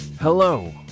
Hello